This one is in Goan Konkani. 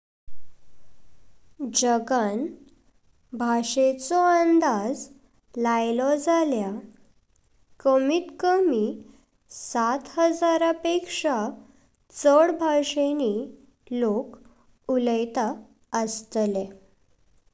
जगांच भाषेशो अंदाज लायलो जल्या कमी कमी सात हजारां पेक्शा चड भाषेनी लोक्क उलेता अस्तले।